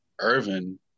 Irvin